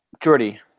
Jordy